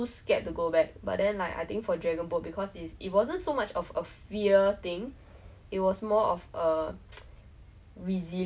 and then in the water was like okay it's at the reservoir so like when I fell into the water right then like there's this like sick green like moss 是那种软软的